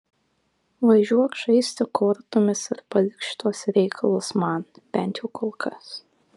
važiuok žaisti kortomis ir palik šituos reikalus man bent jau kol kas